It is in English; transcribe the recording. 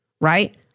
right